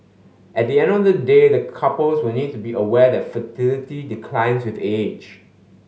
at the end of the day the couples will need to be aware that fertility declines with age